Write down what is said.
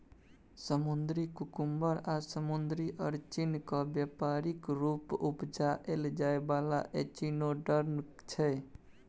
समुद्री कुकुम्बर आ समुद्री अरचिन केँ बेपारिक रुप उपजाएल जाइ बला एचिनोडर्म छै